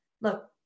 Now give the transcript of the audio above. look